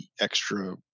extra